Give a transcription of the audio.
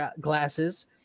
glasses